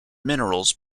minerals